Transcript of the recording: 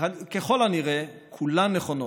וככל הנראה כולן נכונות.